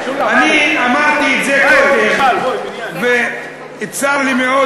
אני אמרתי את זה קודם, וצר לי מאוד